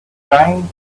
trying